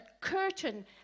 curtain